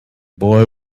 boy